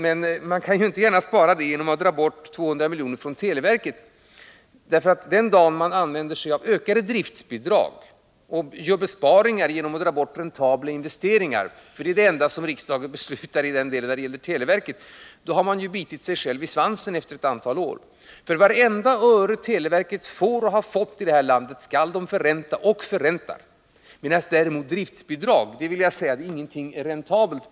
Men man kan inte spara in till det genom att dra bort 200 miljoner från televerket, för om man börjar använda sig av ökade driftbidrag och gör besparingar genom att dra bort räntabla investeringar — det är ju det enda som riksdagen beslutar om när det gäller televerket — biter man sig i svansen efter ett antal år. Vartenda öre televerket får och har fått skall nämligen förräntas, medan däremot driftbidrag inte precis är någonting räntabelt.